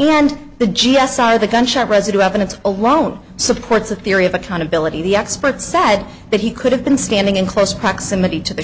and the g s r the gunshot residue evidence alone supports the theory of accountability the expert said that he could have been standing in close proximity to the